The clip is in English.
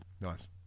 nice